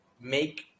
make